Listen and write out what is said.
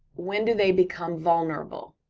when do they become vulnerable?